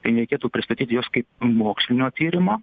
tai nereikėtų pristatyti jos kaip mokslinio tyrimo